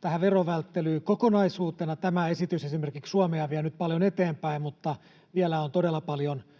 tähän verovälttelyyn kokonaisuutena. Tämä esitys esimerkiksi vie Suomea nyt paljon eteenpäin, mutta vielä on todella paljon tekemistä.